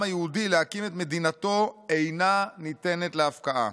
היהודי להקים את מדינתו אינה ניתנת להפקעה.